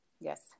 Yes